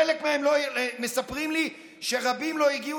חלק מהם מספרים לי שרבים לא הגיעו